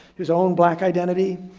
his own black identity.